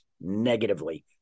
negatively